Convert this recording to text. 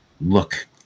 look